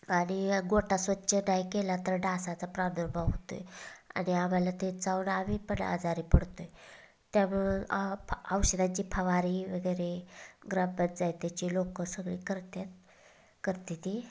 आणि गोठा स्वच्छ नाही केला तर डासाचा प्रादुर्भाव होतो आहे आणि आम्हाला ते चावून आम्ही पण आजारी पडतो आहे त्यामुळं फ औषधांची फवारी वगैरे ग्रामपंचायतीची लोकं सगळी करतात करत्याती